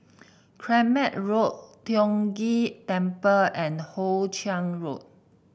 Kramat Road Tiong Ghee Temple and Hoe Chiang Road